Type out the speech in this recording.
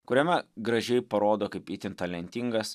kuriame gražiai parodo kaip itin talentingas